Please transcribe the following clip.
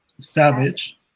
Savage